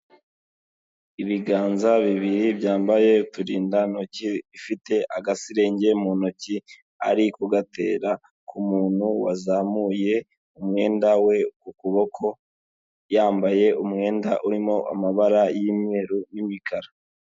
Ibiganza bibiri byambaye uturindantoki, ifite agasirenge mu ntoki, ari kugatera umuntu wazamuye umwenda we ku kuboko, yambaye umwenda urimo amabara y'umweru n'imikara.